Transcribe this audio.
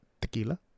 tequila